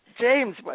James